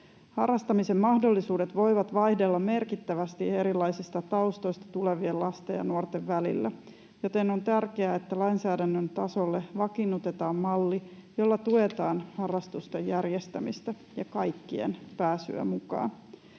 Harrastamisen mahdollisuudet voivat vaihdella merkittävästi erilaisista taustoista tulevien lasten ja nuorten välillä, joten on tärkeää, että lainsäädännön tasolle vakiinnutetaan malli, jolla tuetaan harrastusten järjestämistä ja kaikkien pääsyä mukaan.